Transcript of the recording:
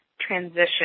transition